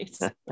Right